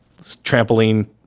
trampoline